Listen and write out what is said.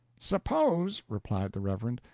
suppose, replied the reverend,